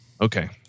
okay